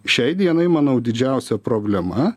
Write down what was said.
šiai dienai manau didžiausia problema